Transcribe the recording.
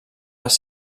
les